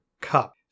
cup